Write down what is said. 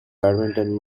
badminton